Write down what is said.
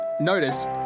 Notice